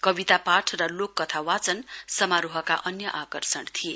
कविता पाठ र लोक कथा वाचन समारोहका अन्य आर्कषण थिए